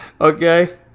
okay